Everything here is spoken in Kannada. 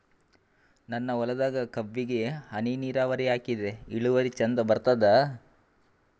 ನನ್ನ ಹೊಲದಾಗ ಕಬ್ಬಿಗಿ ಹನಿ ನಿರಾವರಿಹಾಕಿದೆ ಇಳುವರಿ ಚಂದ ಬರತ್ತಾದ?